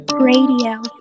radio